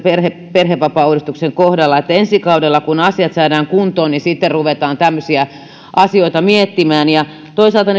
perhevapaauudistuksen kohdalla että ensi kaudella kun asiat saadaan kuntoon sitten ruvetaan tämmöisiä asioita miettimään ja toisaalta